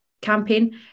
campaign